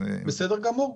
בסדר, בסדר גמור.